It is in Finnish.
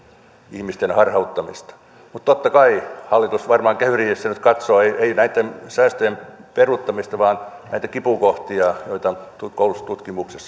ihmisten harhauttamista mutta totta kai hallitus varmaan kehysriihessä nyt katsoo ei näitten säästöjen peruuttamista vaan näitä kipukohtia joita koulutustutkimuksen